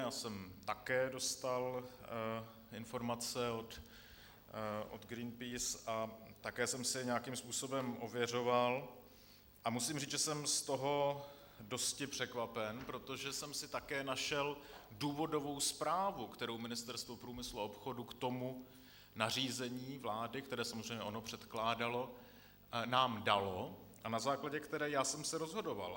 Já jsem také dostal informace od Greenpeace a také jsem si je nějakým způsobem ověřoval a musím říct, že jsem z toho dosti překvapen, protože jsem si také našel důvodovou zprávu, kterou Ministerstvo průmyslu a obchodu k tomu nařízení vlády, které samozřejmě ono předkládalo, nám dalo a na základě které já jsem se rozhodoval.